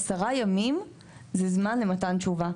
10 ימים זה זמן למתן תשובה.